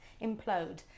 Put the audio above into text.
implode